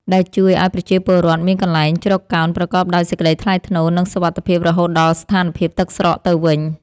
ដែលជួយឱ្យប្រជាពលរដ្ឋមានកន្លែងជ្រកកោនប្រកបដោយសេចក្តីថ្លៃថ្នូរ និងសុវត្ថិភាពរហូតដល់ស្ថានភាពទឹកស្រកទៅវិញ។